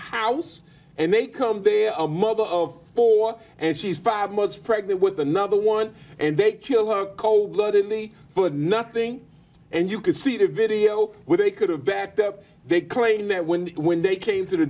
house and they come there a mother of four and she's five months pregnant with another one and they kill her cold blooded me for nothing and you can see the video where they could have backed up they claim that when the when they came to the